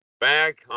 back